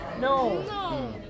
No